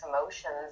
emotions